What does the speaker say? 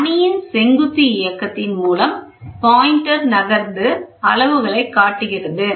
மணியின் செங்குத்து இயக்கத்தின் மூலம் பாயின்டர் நகர்ந்து அளவுகளை காட்டுகிறது